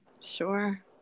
sure